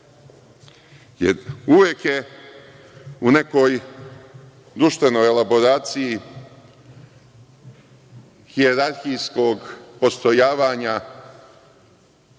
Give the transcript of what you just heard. Jer, uvek je u nekoj društvenoj elaboraciji hijerarhijskog postrojavanja